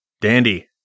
Dandy